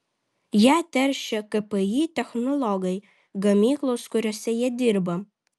ją teršia kpi technologai gamyklos kuriose jie dirba